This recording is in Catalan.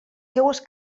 seues